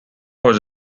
was